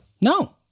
No